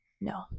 no